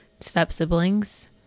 step-siblings